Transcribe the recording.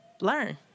learn